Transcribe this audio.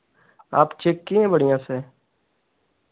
आप चेक किए हैं बढ़ियाँ से